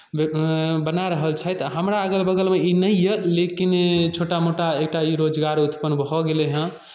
ब बना रहल छथि आओर हमरा अगल बगलमे ई नहि यए लेकिन छोटा मोटा एकटा ई रोजगार उत्पन्न भऽ गेलै हेँ